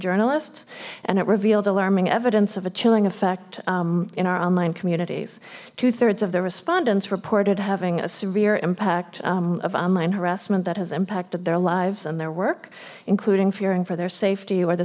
journalists and it revealed alarming evidence of a chilling effect in our online communities two thirds of the respondents reported having a severe impact of online harassment that has impacted their lives and their work including fearing for their safety or the